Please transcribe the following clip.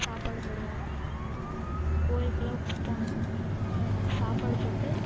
சாப்பாடு போடுவோம் அப்பறம் இன்னும் கோவிலுக்கெல்லாம் போனோம்னா சாப்பாடு போட்டு